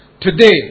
Today